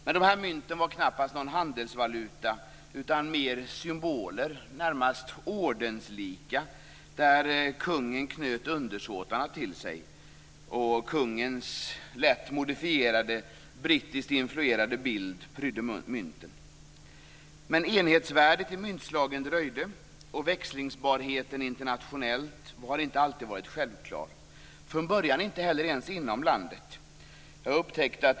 Men dessa mynt var knappast någon handelsvaluta utan de var mera som symboler, närmast ordenslika, genom vilka kungen knöt undersåtarna till sig. Kungens lätt modifierade och brittiskt influerade bild prydde mynten. Enhetsvärdet i myntslagen dröjde emellertid, och växlingsbarheten internationellt har inte alltid självklar, från början inte heller ens inom landet.